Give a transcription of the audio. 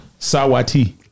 Sawati